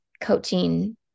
coaching